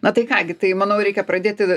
na tai ką gi tai manau reikia pradėti